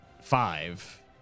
five